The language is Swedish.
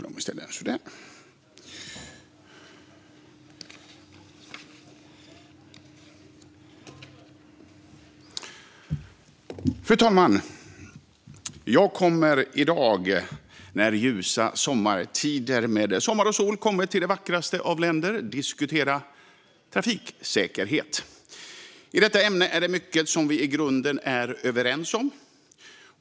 Fru talman! Jag kommer i dag, när ljusa sommartider med sommar och sol kommit till det vackraste av länder, att tala om trafiksäkerhet. I detta ämne är det mycket som vi i grunden är överens om.